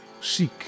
Seek